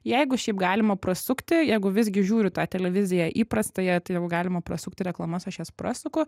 jeigu šiaip galima prasukti jeigu visgi žiūriu tą televiziją įprastąją tai jeigu galima prasukti reklamas aš jas prasuku